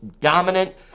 dominant